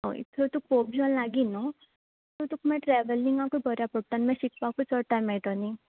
होय सो तुका पोप जॉन लागीं न्हू सो तुका मागीर ट्रेवलींगाकय बरें पडटलें आनी मागीर शिकपाकय चड टायम मेळटो न्ही